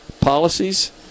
policies